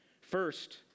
first